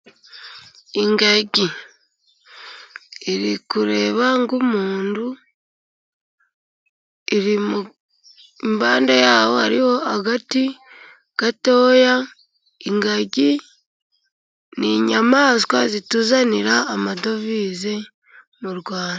Ingagi iri kureba nk'umuntu, iri mu impande ya ho hariho agati gatoya, ingagi n inyamaswa zituzanira amadovize mu Rwanda.